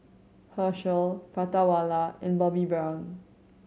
Herschel Prata Wala and Bobbi Brown